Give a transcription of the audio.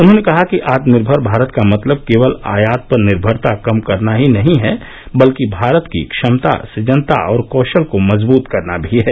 उन्होंने कहा कि आत्मनिर्मर भारत का मतलब केवल आयात पर निर्मरता कम करना ही नहीं है बल्कि भारत की क्षमता सुजनता और कौशल को मजबृत करना भी है